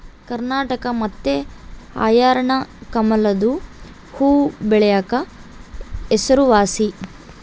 ಕರ್ನಾಟಕ ಮತ್ತೆ ಹರ್ಯಾಣ ಕಮಲದು ಹೂವ್ವಬೆಳೆಕ ಹೆಸರುವಾಸಿ